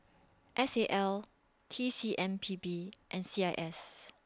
S A L T C M P B and C I S